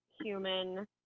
human